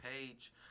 page